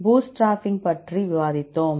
bootstrapping பற்றி விவாதித்தோம்